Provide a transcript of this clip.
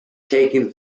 taken